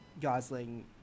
Gosling